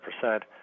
percent